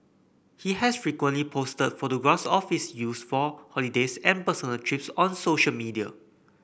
he has frequently posted photographs of its use for holidays and personal trips on social media